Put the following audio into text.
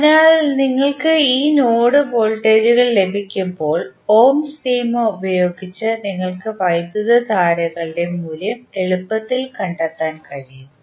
അതിനാൽ നിങ്ങൾക്ക് ഈ നോഡ് വോൾട്ടേജുകൾ ലഭിക്കുമ്പോൾ ഓംസ് നിയമം ഉപയോഗിച്ച് നിങ്ങൾക്ക് വൈദ്യുതധാരകളുടെ മൂല്യം എളുപ്പത്തിൽ കണ്ടെത്താൻ കഴിയും